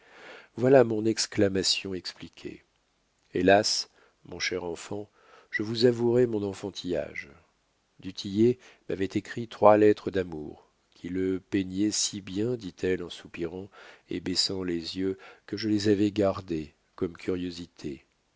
voilà mon exclamation expliquée hélas mon cher enfant je vous avouerai mon enfantillage du tillet m'avait écrit trois lettres d'amour qui le peignaient si bien dit-elle en soupirant et baissant les yeux que je les avais gardées comme curiosité